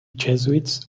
jesuits